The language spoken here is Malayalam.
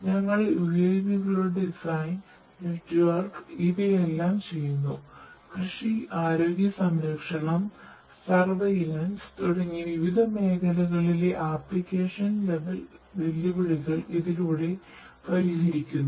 ഞങ്ങൾ യുഎവികളുടെ ഡിസൈൻ വെല്ലുവിളികൾ ഇതിലൂടെ പരിഹരിക്കുന്നു